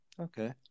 Okay